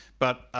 but